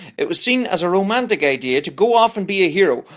it was seen as a romantic idea to go off and be a hero!